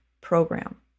program